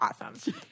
Awesome